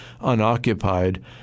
unoccupied